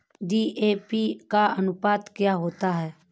DAP का अनुपात क्या होता है?